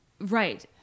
Right